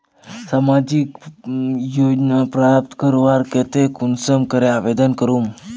सामाजिक योजना प्राप्त करवार केते कुंसम करे आवेदन करूम?